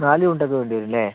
നാല് തുണ്ടൊക്കെ വേണ്ടി വരും അല്ലേ